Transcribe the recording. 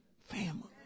family